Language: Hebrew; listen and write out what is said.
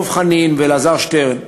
דב חנין ואלעזר שטרן,